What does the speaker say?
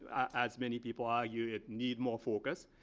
as many people argue, it needs more focus.